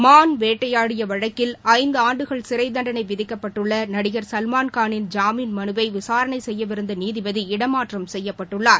மான் வேட்டையாடிய வழக்கில் ஐந்தாண்டுகள் சிறைத்தண்டனை விதிக்கப்பட்டுள்ள நடிகர் சல்மான்கானின் ஜாமீன் மனுவை விசாரணை செய்யவிருந்த நீதிபதி இடமாற்றம் செய்யப்பட்டுள்ளார்